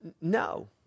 No